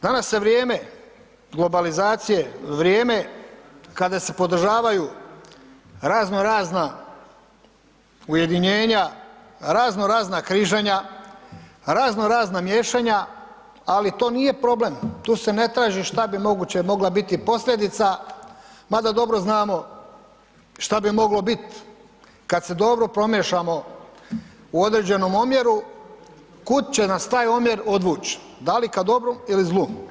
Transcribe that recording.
Danas je vrijeme globalizacije, vrijeme kada se podržavaju razno razna ujedinjenja, razno razna križanja, razno razna miješanja, ali to nije problem, tu se ne traži šta bi moguće mogla biti posljedica, mada dobro znamo šta bi moglo bit kad se dobro promiješamo u određenom omjeru kud će nas taj omjer odvuć, da li ka dobrom ili zlu.